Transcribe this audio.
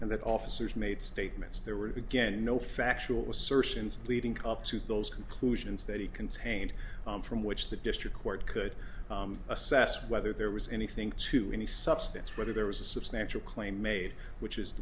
and that officers made statements there were again no factual assertions leading up to those conclusions that he contained from which the district court could assess whether there was anything to any substance whether there was a substantial claim made which is